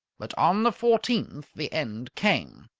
but on the fourteenth the end came.